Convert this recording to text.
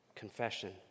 Confession